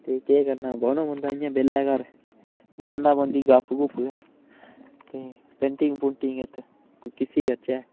ते केह् करना बौह्ना पौंदा इ'यां बेह्ला घर मारनै पौंदी गप्प गुप्प गै ते पेंटिंग पुंटिंग इत्त किसी करचै